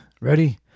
Ready